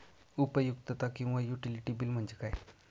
उपयुक्तता किंवा utility bill म्हणजे काय?